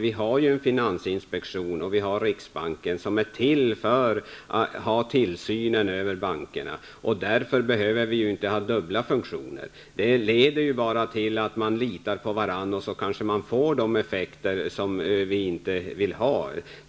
Vi har en finansinspektion och riksbanken som är till för att utöva tillsyn över bankerna. Därför behöver vi inte ha dubbla funktioner. Det leder bara till att man litar på varandra, och så kanske vi får de effekter vi inte vill ha.